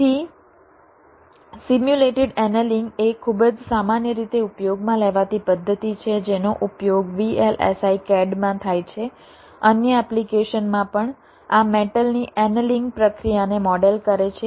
તેથી simulated annealing એ ખૂબ જ સામાન્ય રીતે ઉપયોગમાં લેવાતી પદ્ધતિ છે જેનો ઉપયોગ VLSI CAD માં થાય છે અન્ય એપ્લિકેશન માં પણ આ મેટલની એનેલિંગ પ્રક્રિયાને મોડેલ કરે છે